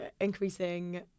increasing